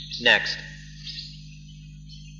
next